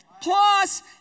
Plus